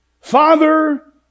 Father